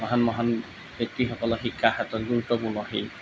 মহান মহান ব্যক্তিসকলে শিক্ষাৰ ক্ষেত্ৰত গুৰুত্বপূৰ্ণশীল